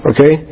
Okay